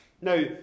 Now